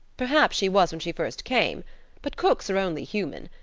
perhaps she was when she first came but cooks are only human.